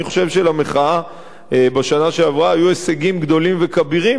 אני חושב שלמחאה בשנה שעברה היו הישגים גדולים וכבירים.